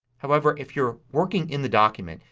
however, if you're working in the document,